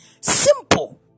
Simple